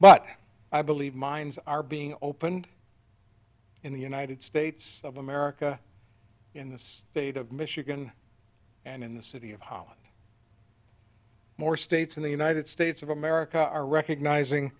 but i believe mines are being opened in the united states of america in the state of michigan and in the city of holland more states in the united states of america are recognizing